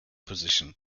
position